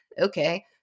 okay